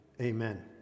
Amen